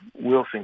Wilson